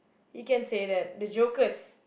you can say that the jokers